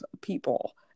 people